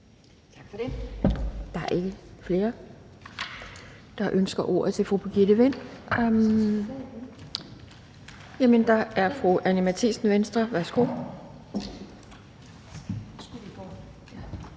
Tak for det. Der er ikke flere, der ønsker ordet til korte bemærkninger til fru Birgitte Vind. Så er det fru Anni Matthiesen, Venstre. Værsgo.